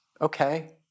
okay